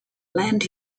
land